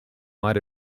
might